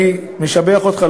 אני משבח אותך.